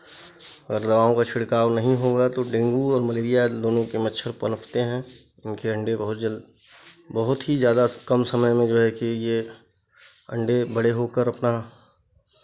अगर दवाओं का छिड़काव नहीं होगा तो डेंगू और मलेरिया दोनों के मच्छर पनपते हैं उनके अंडे बहुत ज बहुत ही ज़्यादा कम समय में जो है कि ये अंडे बड़े होकर अपना